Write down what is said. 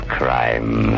crime